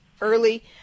early